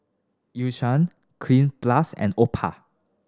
Eucerin Cleanz Plus and